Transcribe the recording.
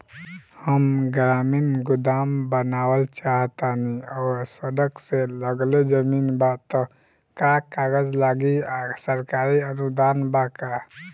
हम ग्रामीण गोदाम बनावल चाहतानी और सड़क से लगले जमीन बा त का कागज लागी आ सरकारी अनुदान बा का?